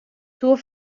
zur